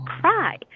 cry